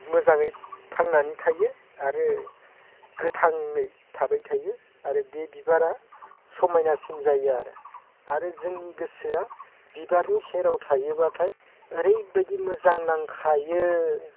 मोजाङै थांनानै थायो आरो गोथाङै थाबाय थायो आरो बे बिबारा समायनासिन जायो आरो आरो जोंनि गोसोआ बिबारनि सेराव थायोबाथाय ओरैबायदि मोजां नांखायो